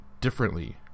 differently